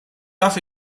darf